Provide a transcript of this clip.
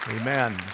Amen